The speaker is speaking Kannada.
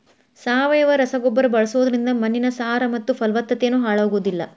ಸಾವಯವ ರಸಗೊಬ್ಬರ ಬಳ್ಸೋದ್ರಿಂದ ಮಣ್ಣಿನ ಸಾರ ಮತ್ತ ಪಲವತ್ತತೆನು ಹಾಳಾಗೋದಿಲ್ಲ